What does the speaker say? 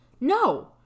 No